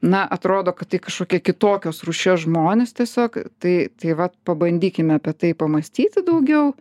na atrodo kad tai kažkokie kitokios rūšies žmonės tiesiog tai tai vat pabandykime apie tai pamąstyti daugiau